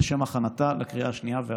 לשם הכנתה לקריאה השנייה והשלישית.